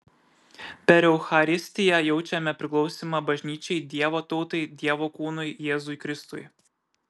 per eucharistiją jaučiame priklausymą bažnyčiai dievo tautai dievo kūnui jėzui kristui